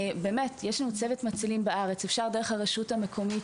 יש בארץ הרבה מצילים ואפשר דרך הרשות המקומית